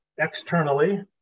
externally